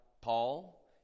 Paul